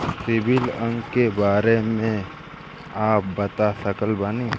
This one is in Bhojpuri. सिबिल अंक के बारे मे का आप बता सकत बानी?